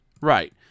Right